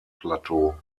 plateau